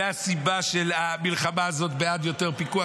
זאת הסיבה של המלחמה הזאת בעד יותר פיקוח